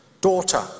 daughter